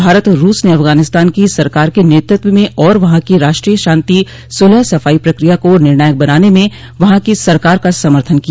भारत और रूस ने अफगानिस्तान की सरकार के नेतृत्व म और वहां की राष्ट्रीय शांति सुलह सफाई प्रक्रिया को निर्णायक बनाने में वहां की सरकार का समर्थन किया